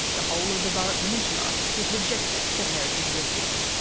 the whole of the burrup peninsula was rejected for heritage listing.